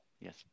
Yes